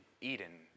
Eden